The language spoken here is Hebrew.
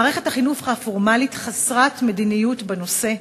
מערכת החינוך הפורמלית חסרת מדיניות בנושא,